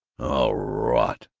oh, rot!